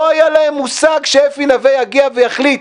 לא היה להם מושג שאפי נוה יגיע ויחליט